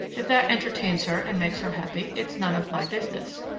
if that entertains her and makes her happy, it's none of my business.